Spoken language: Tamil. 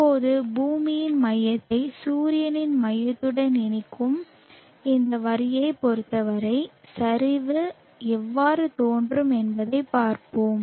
இப்போது பூமியின் மையத்தை சூரியனின் மையத்துடன் இணைக்கும் இந்த வரியைப் பொறுத்தவரை சரிவு எவ்வாறு தோன்றும் என்பதைப் பார்ப்போம்